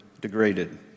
degraded